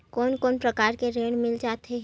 कोन कोन प्रकार के ऋण मिल जाथे?